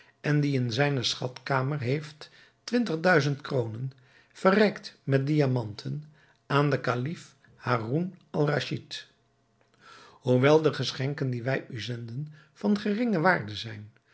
en die in zijne schatkamer heeft twintig duizend kroonen verrijkt met diamanten aan den kalif haroun-al-raschid hoewel de geschenken die wij u zenden van geringe waarde zijn